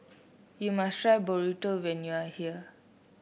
you must try Burrito when you are here